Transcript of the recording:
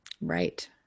Right